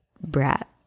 brat